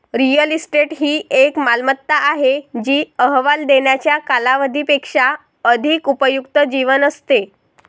real estate ही एक मालमत्ता आहे जी अहवाल देण्याच्या कालावधी पेक्षा अधिक उपयुक्त जीवन असते